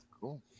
Cool